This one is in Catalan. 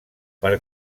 per